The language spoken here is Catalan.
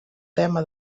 tema